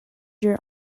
your